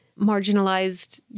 marginalized